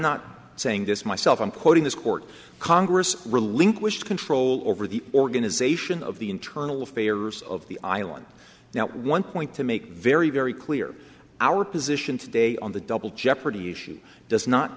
not saying this myself i'm quoting this court congress relinquished control over the organization of the internal affairs of the island now one point to make very very clear our position today on the double jeopardy issue does not